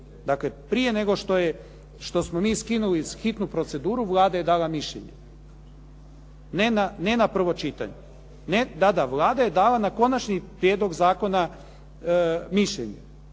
dakle prije nego što smo mi skinuli hitnu proceduru Vlada je dala mišljenje a ne na prvo čitanje. …/Upadica se ne čuje./… Da, Vlada je dala na konačni prijedlog zakona mišljenje